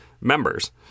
members